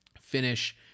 finish